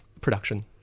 production